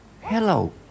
Hello